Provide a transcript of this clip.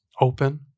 open